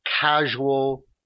casual